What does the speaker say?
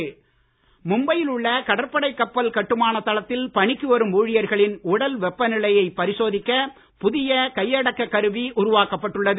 மும்பை கப்பல் மும்பையில் உள்ள கடற்படை கப்பல் கட்டுமான தளத்தில் பணிக்கு வரும் ஊழியர்களின் உடல் வெப்பநிலையை பரிசோதிக்க புதிய கையடக்க கருவி உருவாக்கப்பட்டுள்ளது